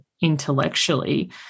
intellectually